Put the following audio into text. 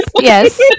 yes